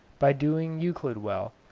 by doing euclid well,